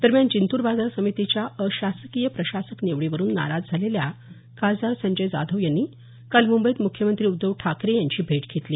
दरम्यान जिंतूर बाजार समितीच्या अशासकीय प्रशासक निवडीवरून नाराज झालेल्या खासदार संजय जाधव यांनी काल मुंबईत मुख्यमंत्री उद्धव ठाकरे यांची भेट घेतली